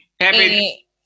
Happy